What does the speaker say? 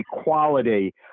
equality